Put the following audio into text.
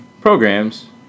programs